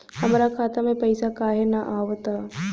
हमरा खाता में पइसा काहे ना आव ता?